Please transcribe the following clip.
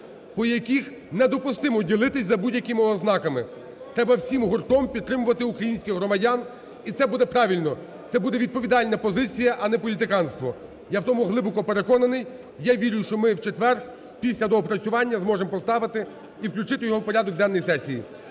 по яких недопустимо ділитись за будь-якими ознаками, треба всім гуртом підтримувати українських громадян, і це буде правильно, це буде відповідальна позиція, а не політиканство. Я в тому глибоко переконаний, я вірю, що ми в четвер після доопрацювання зможемо поставити і включити його в порядок денний сесії.